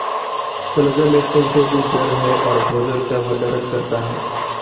शलजम एक संशोधित जड़ है और भोजन का भंडारण करता है